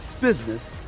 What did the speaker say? business